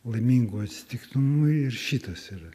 laimingų atsitiktinumų ir šitas yra